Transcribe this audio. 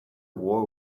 war